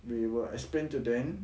we will explain to them